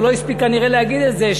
הוא לא הספיק כנראה להגיד את זה,